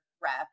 rep